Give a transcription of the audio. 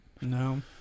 No